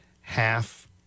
half